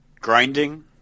grinding